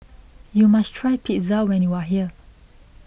you must try Pizza when you are here